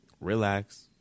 relax